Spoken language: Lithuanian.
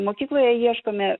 mokykloje ieškome